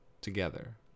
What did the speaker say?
together